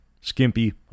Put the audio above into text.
skimpy